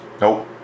Nope